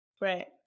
Right